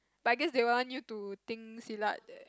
but I guess they will want you to think Silat that